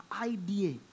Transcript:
idea